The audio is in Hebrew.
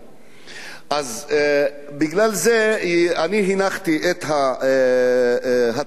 בגלל זה אני הנחתי את הצעת החוק הזאת,